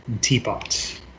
Teapot